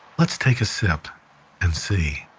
let's take a sip and see